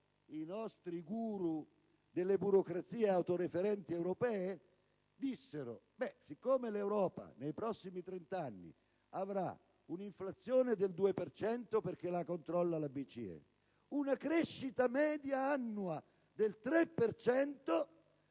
i nostri *guru* delle burocrazie autoreferenti europee dissero: siccome l'Europa nei prossimi trent'anni avrà un'inflazione del 2 per cento, perché la controlla la BCE, e una crescita media annua del 3